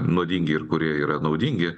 nuodingi ir kurie yra naudingi